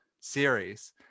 series